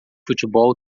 futebol